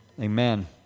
amen